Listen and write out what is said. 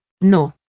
No